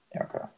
okay